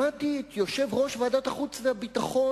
שמעתי את יושב-ראש ועדת החוץ והביטחון,